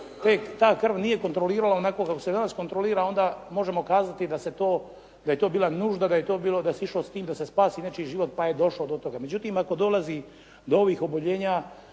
ta krv nije kontrolirala onako kako se danas kontrolira onda možemo kazati da je to bila nužda, da se išlo s time da se spasi nečiji život pa je došlo do toga. Međutim, ako dolazi do ovih oboljenja